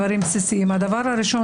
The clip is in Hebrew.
בעזרת השם.